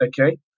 okay